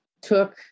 took